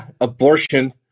abortion